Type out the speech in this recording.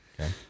Okay